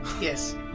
Yes